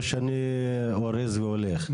או שאני אורז והולך.